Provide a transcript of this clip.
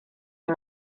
you